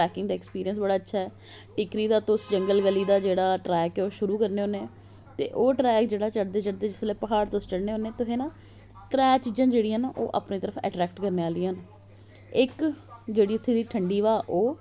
trekking दा experience बड़ा अच्छा ऐ टिक्करी दा तुस जंगल गली दा जेहड़ा ट्रैक ऐ ओह् शुरु करने होन्ने ते ओह् ट्रैक जेहड़ा चढ़दे चढ़दे जिसले प्हाड़ तुस चढ़ने होन्ने तुसे ना त्रै चीजां जेहडियां ना ओह् अपनी तरफ अटरेक्ट करने आहलियां ना इक जेहड़ी उत्थे दी ठंडी हवा ओह्